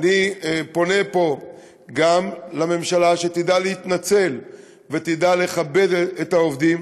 אני פונה פה גם לממשלה שתדע להתנצל ותדע לכבד את העובדים,